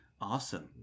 awesome